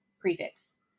prefix